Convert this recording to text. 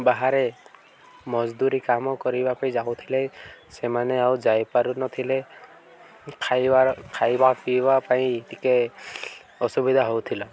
ବାହାରେ ମଜଦୁରୀ କାମ କରିବା ପାଇଁ ଯାଉଥିଲେ ସେମାନେ ଆଉ ଯାଇ ପାରୁ ନ ଥିଲେ ଖାଇବାର ଖାଇବା ପିଇବା ପାଇଁ ଟିକେ ଅସୁବିଧା ହଉଥିଲା